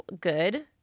good